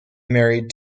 married